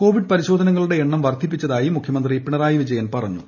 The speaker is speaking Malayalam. കോവിഡ് പരിശോധനകളുടെ എണ്ണം വർദ്ധിപ്പിച്ചതായി മുഖ്യമന്ത്രി പിണറായി വിജയൻ പറഞ്ഞു